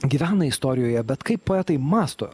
gyvena istorijoje bet kaip poetai mąsto